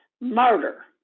murder